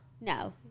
No